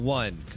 one